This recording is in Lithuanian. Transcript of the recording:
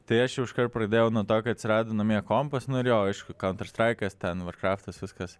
tai aš jau iškart pradėjau nuo to kai atsirado namie kompas nu ir jo aišku kontrstaikas ten markraftas viskas